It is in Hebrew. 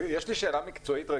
יש לי שאלה מקצועית.